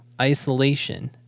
isolation